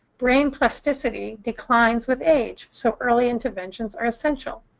brain plasticity declines with age, so early interventions are essential.